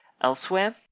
elsewhere